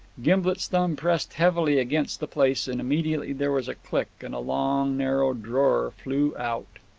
gimblet's thumb pressed heavily against the place, and immediately there was a click, and a long narrow drawer flew out.